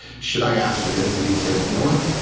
should i ask for this and he said, you know what,